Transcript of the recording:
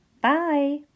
Bye